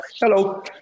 Hello